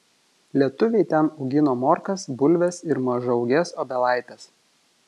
lietuviai ten augino morkas bulves ir mažaūges obelaites